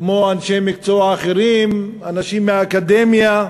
כמו אנשי מקצוע אחרים, אנשים מהאקדמיה.